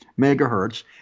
megahertz